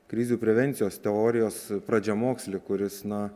krizių prevencijos teorijos pradžiamokslį kuris na